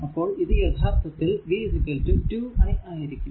അപ്പോൾ ഇത് യഥാർത്ഥത്തിൽ v 2 i ആയിരിക്കും